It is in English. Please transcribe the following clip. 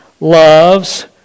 loves